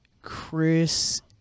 Chris